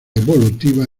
evolutiva